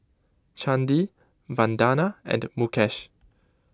Chandi Vandana and Mukesh